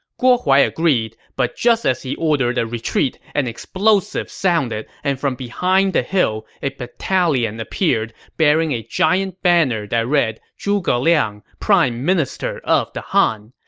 guo huai agreed, but just as he ordered a retreat, an explosive sounded, and from behind the hill a battalion appeared, bearing a giant banner that read, zhuge liang, prime minster of the han.